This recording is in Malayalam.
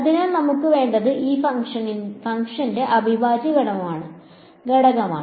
അതിനാൽ നമുക്ക് വേണ്ടത് ഈ ഫംഗ്ഷന്റെ അവിഭാജ്യഘടകമാണ്